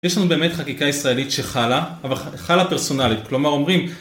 יש לנו באמת חקיקה ישראלית שחלה, אבל חלה פרסונלית. כלומר, אומרים...